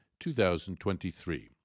2023